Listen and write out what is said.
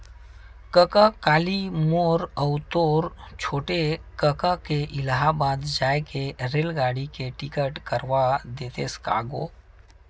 कका काली मोर अऊ मोर छोटे कका के इलाहाबाद जाय के रेलगाड़ी के टिकट करवा देतेस का गो